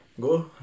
go